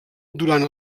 durant